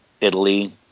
Italy